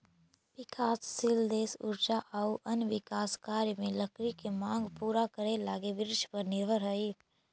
विकासशील देश ऊर्जा आउ अन्य विकास कार्य में लकड़ी के माँग पूरा करे लगी वृक्षपर निर्भर हइ